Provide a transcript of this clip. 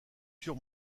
sûr